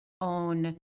own